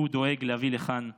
הוא דואג להביא לכאן יהודים,